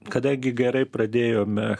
kadangi gerai pradėjome